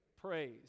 Praise